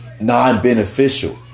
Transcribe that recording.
Non-beneficial